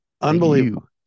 Unbelievable